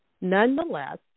Nonetheless